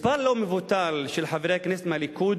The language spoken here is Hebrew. מספר לא מבוטל של חברי הכנסת מהליכוד,